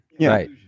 right